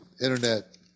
internet